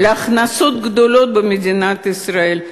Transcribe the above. הכנסות גדולות למדינת ישראל.